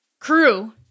crew